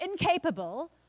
incapable